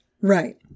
Right